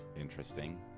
Interesting